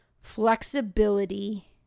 flexibility